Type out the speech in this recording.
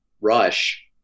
rush